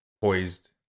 Poised